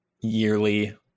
yearly